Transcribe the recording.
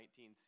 19c